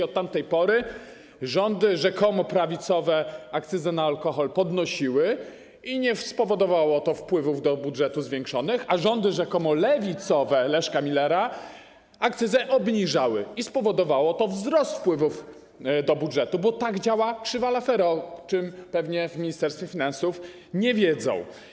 Od tamtej pory rządy rzekomo prawicowe akcyzę na alkohol podnosiły i nie spowodowało to zwiększonych wpływów do budżetu, a rządy rzekomo lewicowe Leszka Millera akcyzę obniżały i spowodowało to wzrost wpływów do budżetu, bo tak działa krzywa Laffera, o czym pewnie w Ministerstwie Finansów nie wiedzą.